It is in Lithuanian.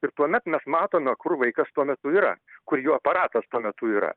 ir tuomet mes matome kur vaikas tuo metu yra kur jo aparatas tuo metu yra